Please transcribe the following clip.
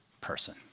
person